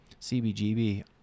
CBGB